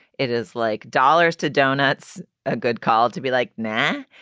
it is like dollars to donuts. a good call to be like now.